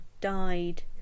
died